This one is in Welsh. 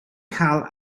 cael